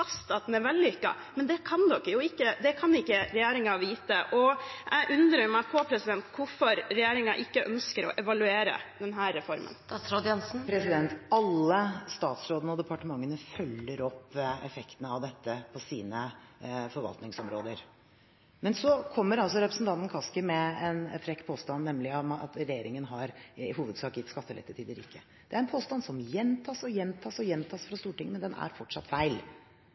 at den er vellykket, men det kan ikke regjeringen vite. Jeg undrer meg på hvorfor regjeringen ikke ønsker å evaluere denne reformen. Alle statsrådene og departementene følger opp effekten av dette på sine forvaltningsområder. Så kommer representanten Kaski med en frekk påstand, nemlig at regjeringen i hovedsak har gitt skattelette til de rike. Det er en påstand som gjentas og gjentas fra Stortinget, men den er fortsatt feil.